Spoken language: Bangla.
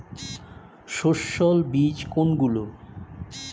সস্যল বীজ কোনগুলো?